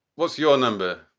what's your number?